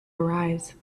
arise